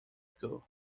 school